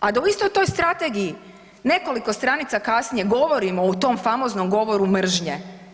A da u istoj toj strategiji nekoliko stranice kasnije govorimo o tom famoznom govoru mržnje.